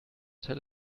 tell